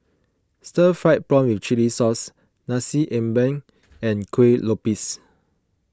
Stir Fried Prawn with Chili Sauce Nasi Ambeng and Kuih Lopes